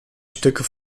stücke